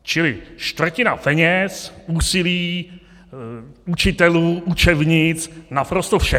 Čili čtvrtina peněz, úsilí, učitelů, učebnic, naprosto všeho.